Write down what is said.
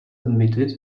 admitted